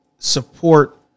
support